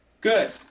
Good